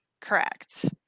correct